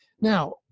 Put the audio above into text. Now